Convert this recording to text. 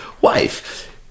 wife